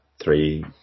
three